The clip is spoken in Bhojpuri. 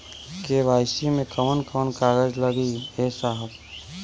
के.वाइ.सी मे कवन कवन कागज लगी ए साहब?